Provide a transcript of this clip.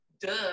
duh